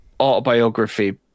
autobiography